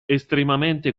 estremamente